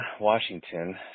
Washington